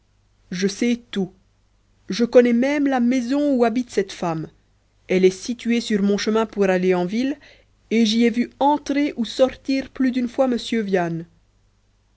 je sais tout je connais même la maison où habite cette femme elle est située sur mon chemin pour aller en ville et j'y ai vu entrer ou sortir plus d'une fois m viane